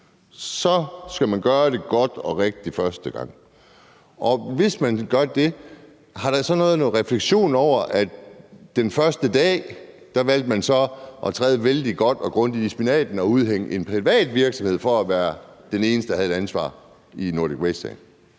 skal man gøre det godt og rigtigt første gang? Og hvis det er tilfældet, har der så været en refleksion over, at man den første dag valgte at træde vældig godt og grundigt i spinaten og udhænge en privat virksomhed for at være den eneste, der havde et ansvar i Nordic Waste-sagen?